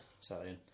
Sorry